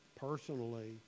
personally